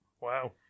Wow